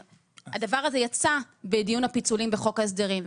יצא בדיון הפיצולים בחוק ההסדרים,